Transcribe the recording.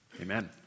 Amen